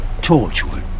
Torchwood